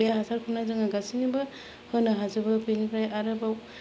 बे हासारखौनो जोङो गासैनिबो होनो हाजोबो बेनिफ्राय आरोबाव